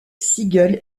siegel